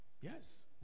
Yes